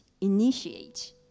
initiate